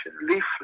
leaflet